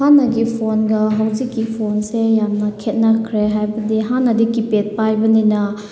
ꯍꯥꯟꯅꯒꯤ ꯐꯣꯟꯒ ꯍꯧꯖꯤꯛꯀꯤ ꯐꯣꯟꯁꯦ ꯌꯥꯝꯅ ꯈꯦꯠꯅꯈ꯭ꯔꯦ ꯍꯥꯏꯕꯗꯤ ꯍꯥꯟꯅꯗꯤ ꯀꯤꯄꯦꯠ ꯄꯥꯏꯕꯅꯤꯅ